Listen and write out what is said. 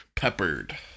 Peppered